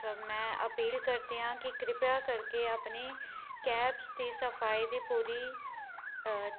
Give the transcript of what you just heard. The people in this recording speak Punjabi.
ਸਰ ਮੈਂ ਅਪੀਲ ਕਰਦੀ ਹਾਂ ਕਿ ਕ੍ਰਿਪਾ ਕਰਕੇ ਆਪਣੇ ਕੈਬਸ ਦੀ ਸਫਾਈ ਦੀ ਪੂਰੀ